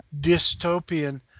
dystopian